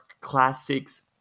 classics